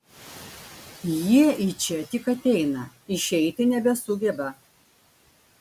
jie į čia tik ateina išeiti nebesugeba